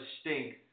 stink